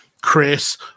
Chris